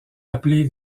appelés